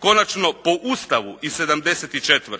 Konačno po Ustavu iz 74.